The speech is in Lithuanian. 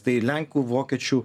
tai lenkų vokiečių